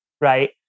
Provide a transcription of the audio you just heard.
Right